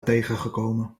tegengekomen